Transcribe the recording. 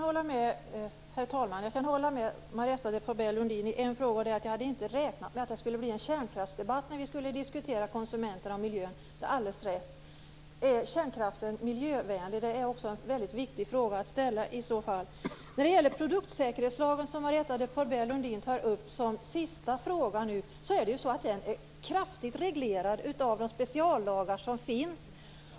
Herr talman! Jag kan hålla med Marietta de Pourbaix-Lundin på en punkt och det gäller då att jag inte hade räknat med en kärnkraftsdebatt nu när vi skall diskutera konsumenterna och miljön. Där har Karin Olsson alltså alldeles rätt. I det fallet är det viktigt att fråga om kärnkraften är miljövänlig. Som en sista fråga tar Marietta de Pourbaix Lundin upp produktsäkerhetslagen. Denna lag är kraftigt reglerad av de speciallagar som finns.